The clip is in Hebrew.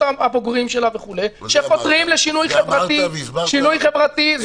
הבוגרים שלה שחותרים לשינוי חברתי -- את זה אמרת והסברת.